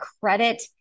credit